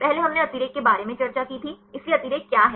पहले हमने अतिरेक के बारे में चर्चा की थी इसलिए अतिरेक क्या है